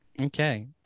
Okay